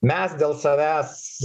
mes dėl savęs